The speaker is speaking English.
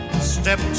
Step